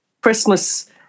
Christmas